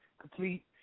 complete